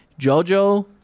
Jojo